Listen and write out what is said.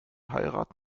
heirat